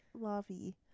lovey